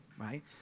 right